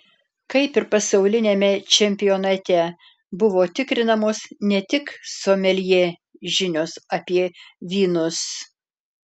kaip ir pasauliniame čempionate buvo tikrinamos ne tik someljė žinios apie vynus